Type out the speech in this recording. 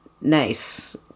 nice